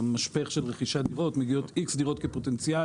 המשפך של רכישת דירות מגיעות X דירות כפוטנציאל,